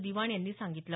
दिवाण यांनी सांगितलं